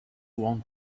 want